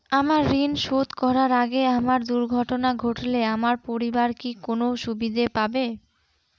আমার ঋণ শোধ করার আগে আমার দুর্ঘটনা ঘটলে আমার পরিবার কি কোনো সুবিধে পাবে?